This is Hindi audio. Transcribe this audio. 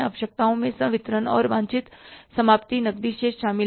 आवश्यकताओं में संवितरण और वांछित समाप्ति नकदी शेष शामिल हैं